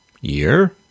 year